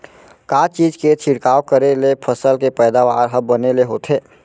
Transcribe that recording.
का चीज के छिड़काव करें ले फसल के पैदावार ह बने ले होथे?